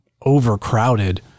overcrowded